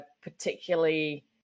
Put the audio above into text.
particularly